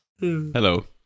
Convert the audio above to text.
Hello